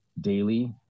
daily